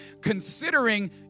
considering